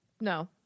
No